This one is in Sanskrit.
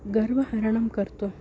गर्वहरणं कर्तुम्